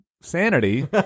sanity